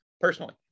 personally